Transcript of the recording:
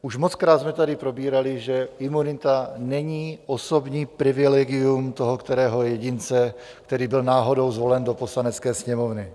Už mockrát jsme tady probírali, že imunita není osobní privilegium toho kterého jedince, který byl náhodou zvolen do Poslanecké sněmovny.